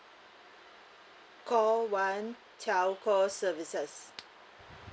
call one telco services